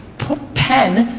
penn,